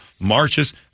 marches